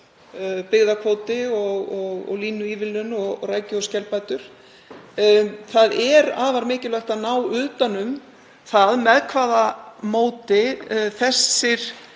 byggðakvóti og línuívilnun og rækju- og skelbætur. Það er afar mikilvægt að ná utan um það með hvaða móti þessar